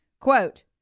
quote